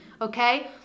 Okay